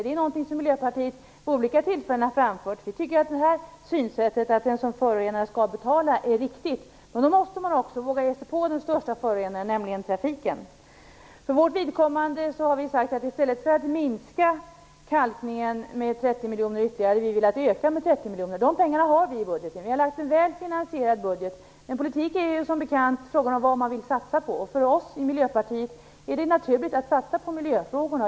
Detta är något som Miljöpartiet vid olika tillfällen har framfört. Vi tycker att det här synsättet, att den som förorenar skall betala, är riktigt. Då måste man också våga ge sig på den största förorenaren, nämligen trafiken. För vårt vidkommande har vi sagt att vi i stället för att minska kalkningen med 30 miljoner ytterligare vill öka den med 30 miljoner. De pengarna har vi i budgeten. Vi har lagt fram en väl finansierad budget. Men politik är ju som bekant en fråga om vad man vill satsa på, och för oss i Miljöpartiet är det naturligt att satsa på miljöfrågorna.